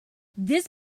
this